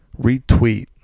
retweet